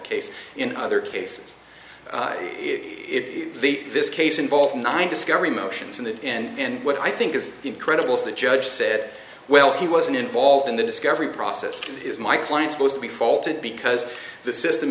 case in other cases if this case involved nine discovery motions in the end what i think is incredible so the judge said well he wasn't involved in the discovery process is my client supposed to be faulted because the system